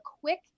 quick